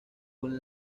con